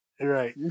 Right